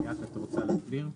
ליאת את רוצה להסביר?